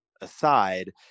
aside